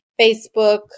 Facebook